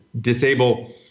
disable